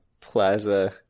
Plaza